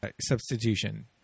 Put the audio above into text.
substitution